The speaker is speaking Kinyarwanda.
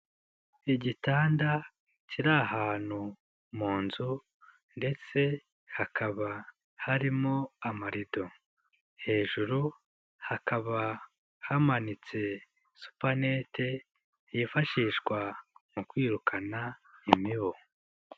Igitanda kiri ahantu mu nzu, ndetse hakaba harimo amarido. Hejuru hakaba hamanitse supanete yifashishwa mu kwirukana imibu.